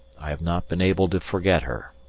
i have not been able to forget her.